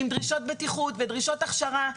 עם דרישות בטיחות ודרישות הכשרה.